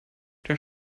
der